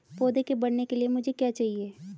पौधे के बढ़ने के लिए मुझे क्या चाहिए?